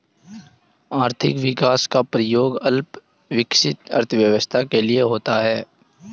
आर्थिक विकास का प्रयोग अल्प विकसित अर्थव्यवस्था के लिए होता है